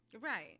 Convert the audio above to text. right